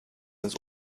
ins